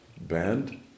band